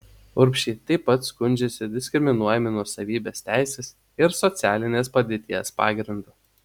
urbšiai taip pat skundžiasi diskriminuojami nuosavybės teisės ir socialinės padėties pagrindu